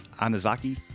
Anazaki